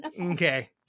Okay